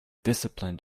discipline